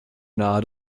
nahe